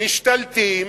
משתלטים